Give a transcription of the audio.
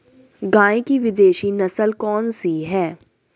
गाय की विदेशी नस्ल कौन सी है?